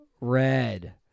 Red